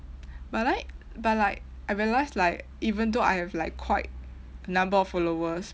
but like but like I realise like even though I have like quite a number of followers